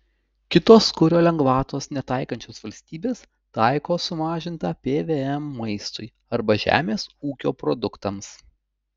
kitos kuro lengvatos netaikančios valstybės taiko sumažintą pvm maistui arba žemės ūkio produktams